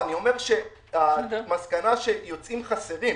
אני אומר שהמסקנה שיוצאים חסרים,